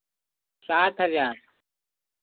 सात हज़ार